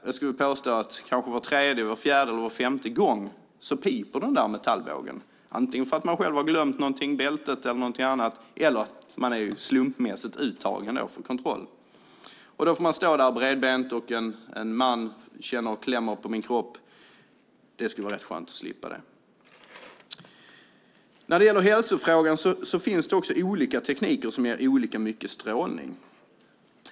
Jag skulle vilja påstå att kanske var tredje, fjärde eller femte gång piper den här metallbågen, antingen för att man själv har glömt någonting, bältet eller annat, eller att man är slumpmässigt uttagen för kontroll. Då får man stå där bredbent, och en man känner och klämmer på ens kropp. Det skulle vara rätt skönt att slippa det. När det gäller hälsofrågan finns det olika tekniker som ger olika mycket strålning.